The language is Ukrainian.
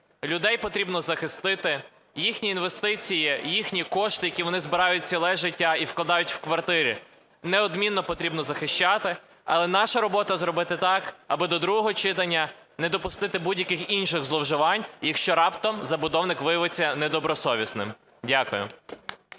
людей потрібно захистити, їхні інвестиції, їхні кошти, які вони збирають ціле життя і вкладають у квартири, неодмінно потрібно захищати. Але наша робота зробити так, аби до другого читання не допустити будь-яких інших зловживань, якщо раптом забудовник виявиться недобросовісним. Дякую.